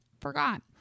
forgot